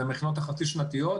שאלה